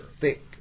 thick